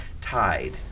tied